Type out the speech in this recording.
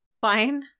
Fine